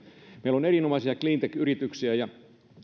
meillä on erinomaisia cleantech yrityksiä